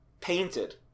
painted